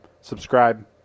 Subscribe